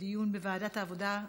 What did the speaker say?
לדיון בוועדת העבודה,